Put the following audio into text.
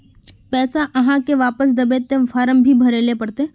पैसा आहाँ के वापस दबे ते फारम भी भरें ले पड़ते?